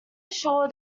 assure